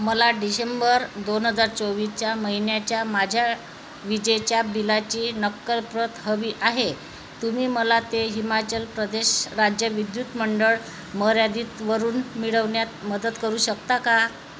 मला डिशेंबर दोन हजार चोवीसच्या महिन्याच्या माझ्या विजेच्या बिलाची नक्कल प्रत हवी आहे तुम्ही मला ते हिमाचल प्रदेश राज्य विद्युत मंडळ मर्यादितवरून मिळवण्यात मदत करू शकता का